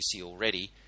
already